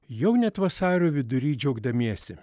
jau net vasario vidury džiaugdamiesi